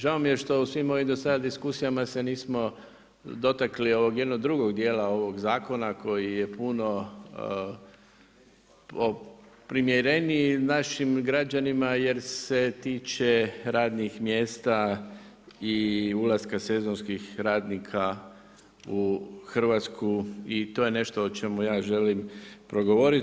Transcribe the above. Žao mi je što u svim ovim do sad diskusijama se nismo dotakli ovog jednog drugog dijela ovog zakona koji je puno primjereniji našim građanima jer se tiče radnih mjesta i ulaska sezonskih radnika u Hrvatsku i to je nešto o čemu ja želim progovoriti.